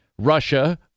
Russia